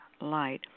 light